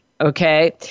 okay